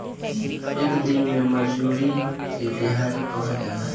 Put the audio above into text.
एक एक दिन के मजूरी के देहाड़ी कहल जाला